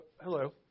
Hello